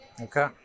Okay